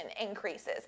increases